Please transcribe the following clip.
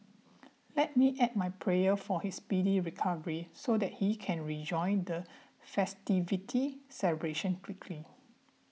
let me add my prayer for his speedy recovery so that he can rejoin the festivity celebration quickly